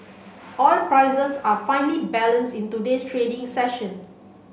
oil prices are finely balanced in today's trading session